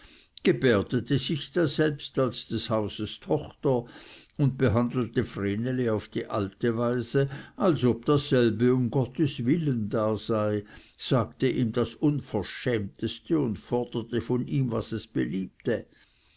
gebärdete sich daselbst als des hauses tochter und behandelte vreneli auf die alte weise als ob dasselbe um gottes willen da sei sagte ihm das unverschämteste und forderte von ihm was ihm beliebte